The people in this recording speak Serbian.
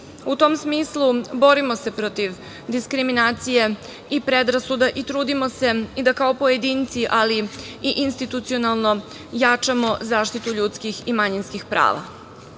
U tom smislu, borimo se protiv diskriminacija i predrasuda i trudimo se i da kao pojedinci, ali i institucionalno jačamo zaštitu ljudskih i manjinskih prava. Iz